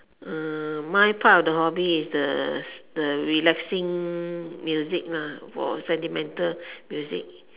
uh my part of the hobby is the the relaxing music lah or sentimental music